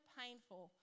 painful